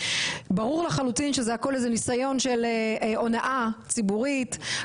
ברור לחלוטין שהכול זה ניסיון של הונאה ציבורית,